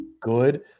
good